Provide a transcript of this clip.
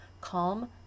calm